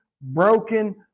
broken